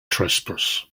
trespass